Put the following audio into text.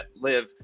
live